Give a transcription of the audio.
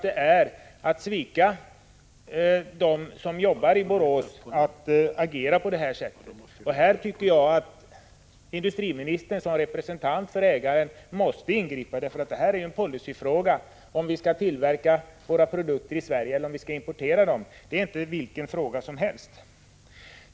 Det är att svika dem som arbetar i Borås att agera på detta sätt. Jag tycker att industriministern som representant för ägaren måste ingripa, för det är en policyfråga om vi skall tillverka våra produkter i Sverige eller om vi skall importera dem. Det här är inte vilken fråga som helst.